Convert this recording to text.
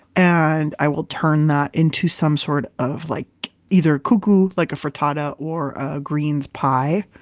and i will turn that into some sort of like either kuku like a frittata, or a greens pie.